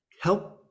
help